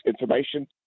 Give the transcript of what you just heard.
information